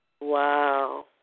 Wow